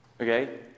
Okay